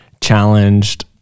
challenged